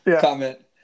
comment